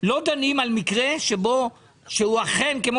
לא דנים על מקרה שהוא אכן לא